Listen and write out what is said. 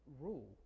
rule